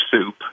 soup